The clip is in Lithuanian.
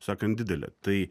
sakant didelė tai